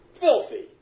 filthy